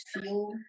feel